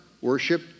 worship